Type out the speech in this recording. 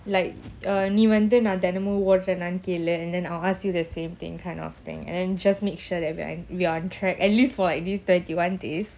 like uh நீவந்துநான்தெனமும்ஓட்றேன்னுநெனைக்கிறல:nee vandhu nan thenamum odrenu nenaikrala and then I will ask you the same thing kind of thing and then just make sure that we are in we are on track at least for at least twenty one days